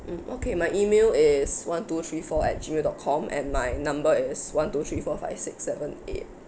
mm okay my email is one two three four at Gmail dot com and my number is one two three four five six seven eight